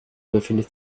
befindet